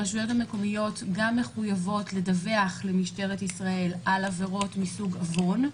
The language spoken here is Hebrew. הרשויות המקומיות גם מחויבות לדווח למשטרת ישראל על עבירות מסוג עוון,